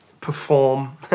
perform